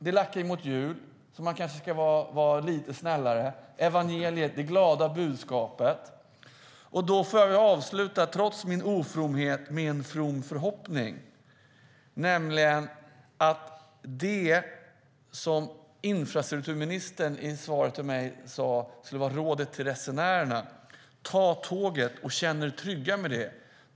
Det lackar mot jul, och man kanske ska vara lite snällare - evangeliet, det glada budskapet. Då får jag, trots min ofromhet, avsluta med en from förhoppning. Det infrastrukturministern i svaret till mig sade skulle vara rådet till resenärerna var: Ta tåget och känn er trygga med det!